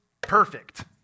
perfect